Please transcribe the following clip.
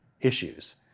issues